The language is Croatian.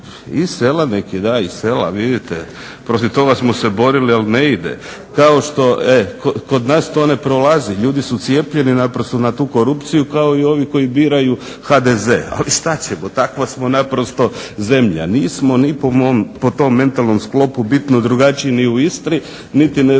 i sela neki da iz sela vidite. Protiv toga smo se borili ali ne ide. Kod nas to ne prolazi ljudi su cijepljeni na tu korupciju kao i ovi koji biraju HDZ. Ali šta ćemo takva samo naprosto zemlja. Nismo ni po tom mentalnom sklopu bitno drugačiji ni u Istri niti ne znam tamo